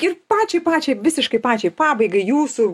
ir pačiai pačiai visiškai pačiai pabaigai jūsų